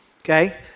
okay